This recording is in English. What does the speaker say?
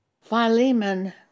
Philemon